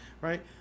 right